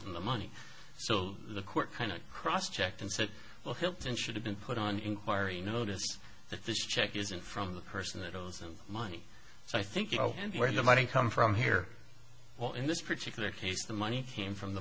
held the money so the court kind of crosschecked and said well hilton should have been put on inquiry notice that this check is in from the person that owes him money so i think you know where the money come from here in this particular case the money came from the